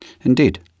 Indeed